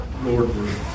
Lord